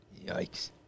yikes